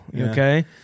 okay